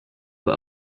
but